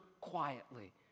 quietly